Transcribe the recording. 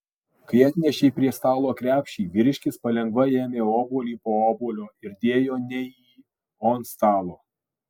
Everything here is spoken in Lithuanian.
kai atnešei prie stalo krepšį vyriškis palengva ėmė obuolį po obuolio ir dėjo ne į jį o ant stalo